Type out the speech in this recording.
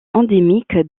endémique